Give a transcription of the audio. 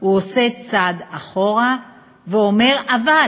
הוא עושה צעד אחורה ואומר: אבל